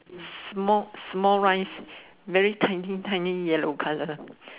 small small rice very tiny tiny yellow colour